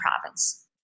province